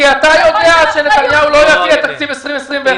כי אתה יודע שנתניהו לא יביא את תקציב 2021,